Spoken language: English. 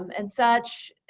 um and such.